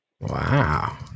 Wow